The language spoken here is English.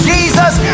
Jesus